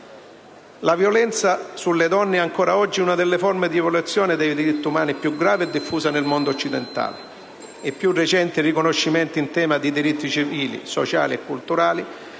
La violenza sulle donne è ancora oggi fra le forme di violazione dei diritti umani una delle più gravi e diffuse nel mondo occidentale: i più recenti riconoscimenti in tema di diritti civili, sociali e culturali